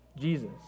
Jesus